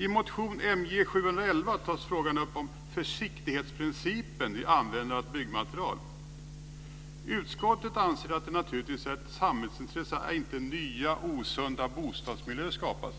I motion MJ711 tas frågan upp om försiktighetsprincip vid användande av byggmaterial. Utskottet anser att det naturligtvis är ett samhällsintresse att inte nya, osunda bostadsmiljöer skapas